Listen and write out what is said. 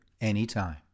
anytime